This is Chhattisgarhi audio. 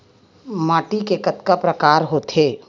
माटी के कतका प्रकार होथे?